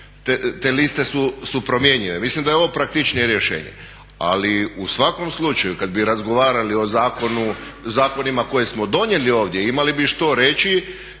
te liste su promijenjene. Mislim da je ovo praktičnije rješenje. Ali u svakom slučaju kad bi razgovarali o zakonima koje smo donijeli ovdje, imali bi što reći